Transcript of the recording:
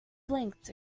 blinked